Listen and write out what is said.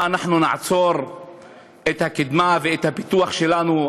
מה, אנחנו נעצור את הקדמה ואת הפיתוח שלנו?